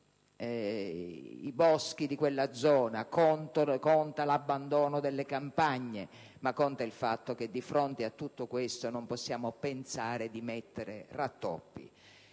i boschi di quella zona, conta l'abbandono delle campagne, ma conta il fatto che di fronte a tutto questo non possiamo pensare di mettere dei rattoppi.